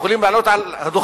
יכולים לעלות לדוכן